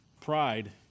pride